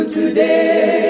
today